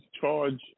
charge